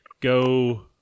go